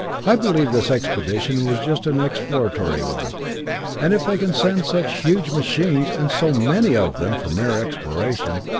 i believe this expedition was just an exploratory one and if they can send such huge machines and so many of them, for mere exploration,